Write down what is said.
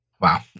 Wow